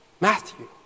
Matthew